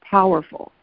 Powerful